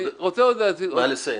נא לסיים.